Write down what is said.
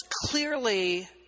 clearly